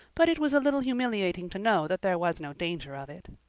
but it was a little humiliating to know that there was no danger of it.